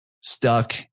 stuck